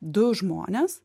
du žmonės